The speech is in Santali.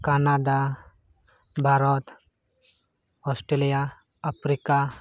Canada Bharat Australia Africa